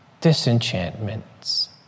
disenchantments